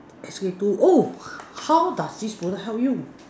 S_K two oh how does this product help you